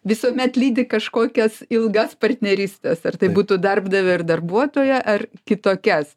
visuomet lydi kažkokias ilgas partnerystes ar tai būtų darbdavio ir darbuotoją ar kitokias